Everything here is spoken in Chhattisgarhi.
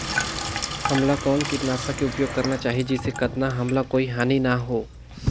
हमला कौन किटनाशक के उपयोग करन चाही जिसे कतना हमला कोई हानि न हो?